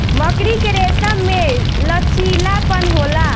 मकड़ी के रेसम में लचीलापन होला